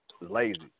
lazy